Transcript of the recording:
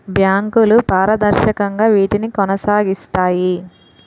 బ్యాంకులు పారదర్శకంగా వీటిని కొనసాగిస్తాయి